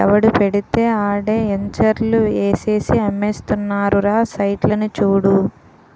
ఎవడు పెడితే ఆడే ఎంచర్లు ఏసేసి అమ్మేస్తున్నారురా సైట్లని చూడు